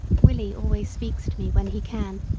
willie always speaks to me when he can,